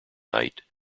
night